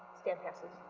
stan passes.